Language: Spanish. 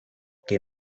que